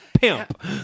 pimp